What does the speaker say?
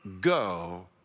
go